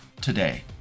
today